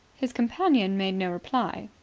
his companion made no reply.